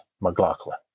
mclaughlin